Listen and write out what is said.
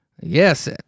Yes